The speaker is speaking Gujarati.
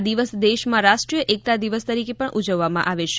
આ દિવસ દેશમાં રાષ્ટ્રીય એકત દિવસ તરીકે પણ ઉજવવામાં આવે છે